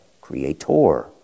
creator